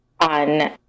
on